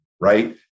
right